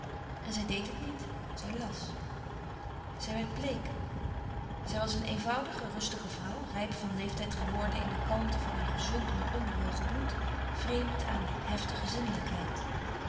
en zij deed het niet zij las zij werd bleek zij was een eenvoudige rustige vrouw rijp van leeftijd geworden in de kalmte van haar gezond maar onbewogen bloed vreemd aan heftige